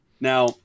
Now